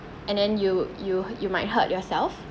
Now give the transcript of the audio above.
and then you you you might hurt yourself